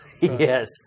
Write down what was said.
Yes